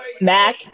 Mac